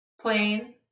plain